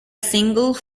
single